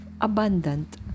abundant